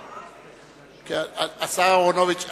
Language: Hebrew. לא, השר אהרונוביץ.